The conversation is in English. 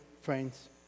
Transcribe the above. friends